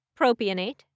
propionate